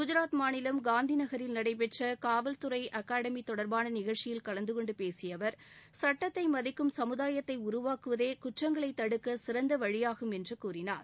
குஜராத் மாநிலம் காந்தி நகரில் நடைபெற்ற காவல்துறையினர் தொடர்பான நிகழ்ச்சியில் கலந்துகொண்டு பேசிய அவர் சட்டத்தை மதிக்கும் சமுதாயத்தை உருவாக்குவதே குற்றங்களை தடுக்க சிறந்த வழியாகும் என்று கூறினார்